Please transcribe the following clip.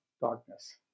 darkness